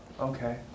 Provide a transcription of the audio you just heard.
Okay